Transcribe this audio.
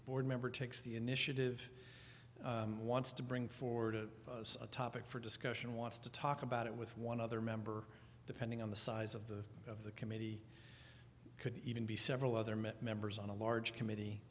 board member takes the initiative wants to bring forward to a topic for discussion wants to talk about it with one other member depending on the size of the of the committee could even be several other met members on a large comm